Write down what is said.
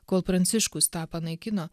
kol pranciškus tą panaikino